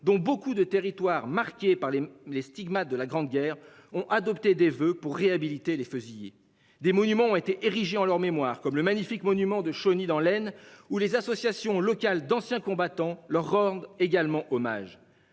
dont beaucoup de territoires marqués par les les stigmates de la Grande Guerre ont adopté des voeux pour réhabiliter les fusillés des monuments ont été érigés en leur mémoire comme le magnifique monument de Chauny dans l'Aisne où les associations locales d'anciens combattants leur rendent également hommage